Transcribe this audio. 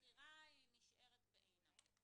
הבחירה נשארת בעינה.